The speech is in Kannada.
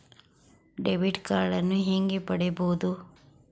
ಡೆಬಿಟ್ ಕಾರ್ಡನ್ನು ಹೇಗೆ ಪಡಿಬೋದು?